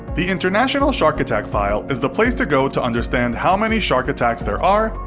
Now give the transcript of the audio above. the international shark attack file is the place to go to understand how many shark attacks there are,